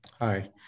Hi